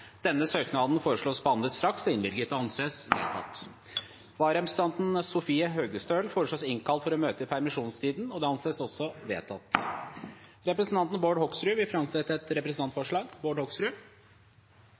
og inntil videre. Etter forslag fra presidenten ble enstemmig besluttet: Søknaden behandles straks og innvilges. Vararepresentanten, Sofie Høgestøl, innkalles for å møte i permisjonstiden. Representanten Bård Hoksrud vil framsette et